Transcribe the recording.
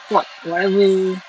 what~ whatever